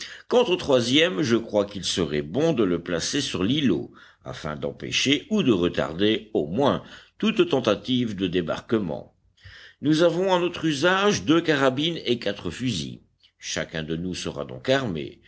quant au troisième je crois qu'il serait bon de le placer sur l'îlot afin d'empêcher ou de retarder au moins toute tentative de débarquement nous avons à notre usage deux carabines et quatre fusils chacun de nous sera donc armé